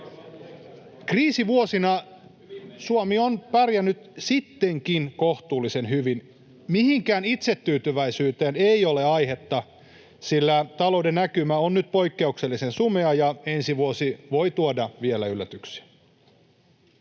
Kriisivuosina Suomi on pärjännyt sittenkin kohtuullisen hyvin. Mihinkään itsetyytyväisyyteen ei ole aihetta, sillä talouden näkymä on nyt poikkeuksellisen sumea ja ensi vuosi voi tuoda vielä yllätyksiä.